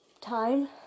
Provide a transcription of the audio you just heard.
time